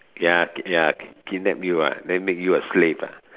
ya ya kidnap you ah then make you a slave ah